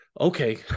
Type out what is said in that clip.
Okay